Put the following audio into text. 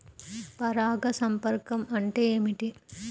పరాగ సంపర్కం అంటే ఏమిటి?